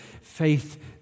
faith